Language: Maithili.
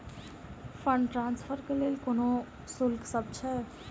फंड ट्रान्सफर केँ लेल कोनो शुल्कसभ छै?